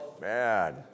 man